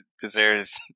deserves